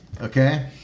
Okay